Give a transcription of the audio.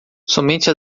somente